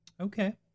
Okay